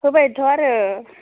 होबायथ' आरो